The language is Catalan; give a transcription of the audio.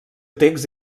text